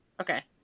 okay